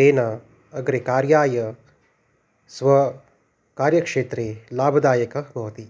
तेन अग्रे कार्याय स्वकार्यक्षेत्रे लाभदायकं भवति